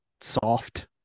soft